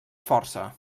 força